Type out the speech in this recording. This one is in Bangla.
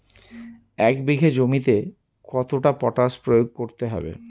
এক বিঘে জমিতে কতটা পটাশ প্রয়োগ করতে হবে?